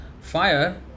Fire